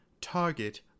Target